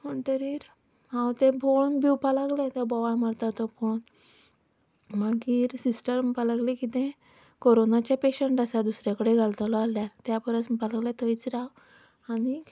म्हणटरीर हांव ते बोवाळान भिवपाक लागलें बोवाळ मारता तो पळोवन मागीर सिस्टर म्हणपाक लागली की तें कोरोनाचे पॅशंट आसा दुसरे कडेन घालतलो जाल्यार त्या परस म्हणपाक लागली थंयच राव आनीक